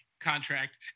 contract